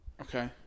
Okay